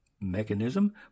mechanism